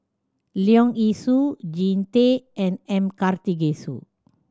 Leong Yee Soo Jean Tay and M Karthigesu